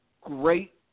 great